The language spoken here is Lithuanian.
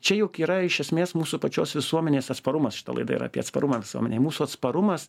čia juk yra iš esmės mūsų pačios visuomenės atsparumas šita laida yra apie atsparumą visuomenėj mūsų atsparumas